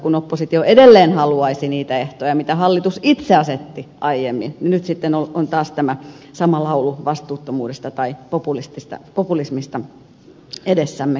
kun oppositio edelleen haluaisi niitä ehtoja mitä hallitus itse asetti aiemmin niin nyt on taas tämä sama laulu vastuuttomuudesta tai populismista edessämme kaikkiaan